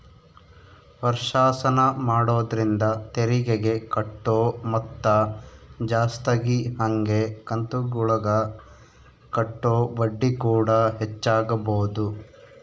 ವರ್ಷಾಶನ ಮಾಡೊದ್ರಿಂದ ತೆರಿಗೆಗೆ ಕಟ್ಟೊ ಮೊತ್ತ ಜಾಸ್ತಗಿ ಹಂಗೆ ಕಂತುಗುಳಗ ಕಟ್ಟೊ ಬಡ್ಡಿಕೂಡ ಹೆಚ್ಚಾಗಬೊದು